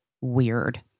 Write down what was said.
weird